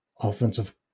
offensive